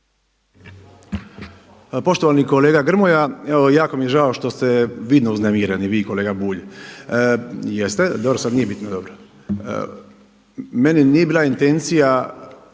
Poštovani kolega Grmoja, evo jako mi je žao što ste vidno uznemireni vi i kolega Bulj. Jeste, dobro sada nije bitno, dobro. Meni nije bila intencija